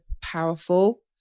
powerful